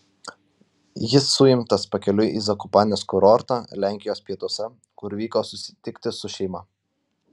jis suimtas pakeliui į zakopanės kurortą lenkijos pietuose kur vyko susitikti su šeima